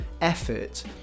effort